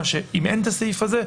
אם אין את הסעיף הזה,